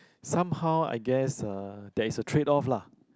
somehow I guess uh there is a trade off lah